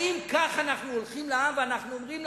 האם כך אנחנו הולכים לעם ואומרים להם: